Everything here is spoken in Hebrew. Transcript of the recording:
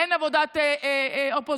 אין עבודת אופוזיציה,